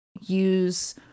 use